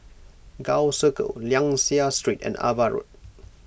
Gul Circle Liang Seah Street and Ava Road